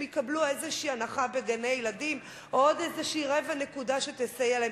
שהם יקבלו איזו הנחה בגני-ילדים או עוד איזו רבע נקודה שתסייע להם.